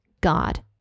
God